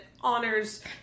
honors